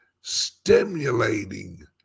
stimulating